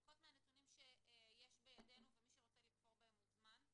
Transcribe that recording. לפחות מהנתונים שיש בידינו ומי שרוצה לכפור בהם מוזמן,